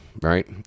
right